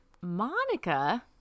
Monica